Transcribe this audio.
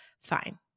fine